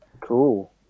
cool